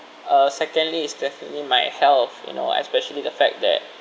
uh secondly is definitely my health you know especially the fact that